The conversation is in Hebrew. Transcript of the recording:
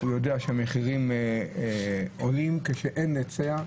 הוא יודע שהמחירים עולים כשאין היצע,